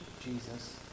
Jesus